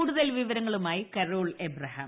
കൂടുതൽ വിവരങ്ങളുമായി കരോൾ അബ്രഹാം